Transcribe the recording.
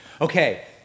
Okay